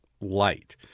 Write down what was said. light